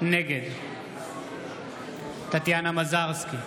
נגד טטיאנה מזרסקי,